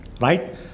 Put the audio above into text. right